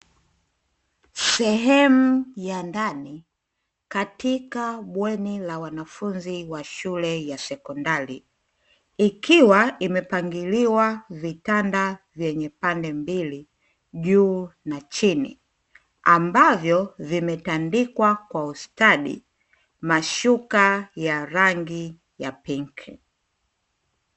Sehemu ya ndani katika bweni la wanafunzi wa shule ya sekondari ikiwa imepangiliwa vitanda vyenye pande mbili juu na chini, ambavyo vimetandikwa kwa ustadi mashuka ya rangi ya pinki.